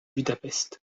budapest